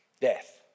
Death